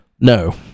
No